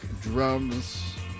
drums